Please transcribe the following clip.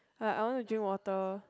like I want to drink water